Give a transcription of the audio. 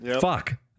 fuck